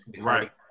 Right